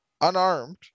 unarmed